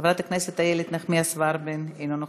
חברת הכנסת איילת נחמיאס ורבין, אינה נוכחת,